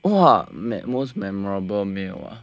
!wah! me~ most memorable meal ah